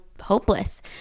hopeless